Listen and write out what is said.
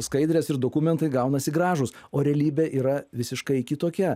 skaidrės ir dokumentai gaunasi gražūs o realybė yra visiškai kitokia